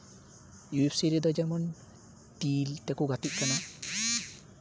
U F C ᱨᱮᱫᱚ ᱡᱮᱢᱚᱱ ᱴᱤᱞ ᱛᱮᱠᱚ ᱜᱟᱛᱮᱜ ᱠᱟᱱᱟ